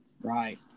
Right